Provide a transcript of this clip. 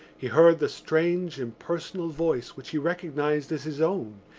he heard the strange impersonal voice which he recognised as his own,